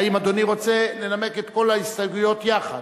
האם אדוני רוצה לנמק את כל ההסתייגויות יחד?